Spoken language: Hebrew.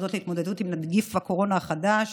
מיוחדות להתמודדות עם נגיף הקורונה החדש